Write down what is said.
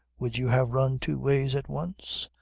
would you have run two ways at once?